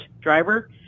driver